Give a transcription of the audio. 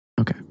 Okay